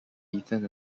ethan